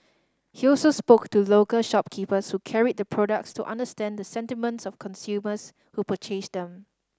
he also spoke to local shopkeepers who carried the products to understand the sentiments of consumers who purchased them